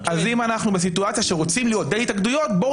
אנחנו בסיטואציה שרוצים להיות בין התאגדויות אז בואו